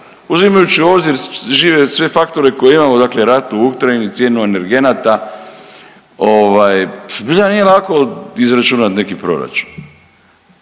uzimajući u obzir žive sve faktore koje imamo, dakle rat u Ukrajini, cijenu energenata. Zbilja nije lako izračunati neki proračun,